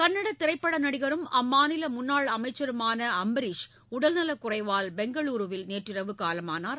கன்னட திரைப்பட நடிகரும் மத்திய மாநில முன்னாள் அமைச்சருமான அம்பரீஷ் உடல்நலக் குறைவால் பெங்களூருவில் நேற்றிரவு காலமானார்